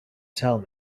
tell